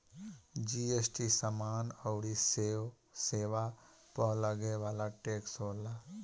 GST समाना अउरी सेवा पअ लगे वाला टेक्स होला